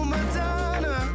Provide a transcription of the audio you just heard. Madonna